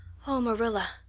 oh, marilla!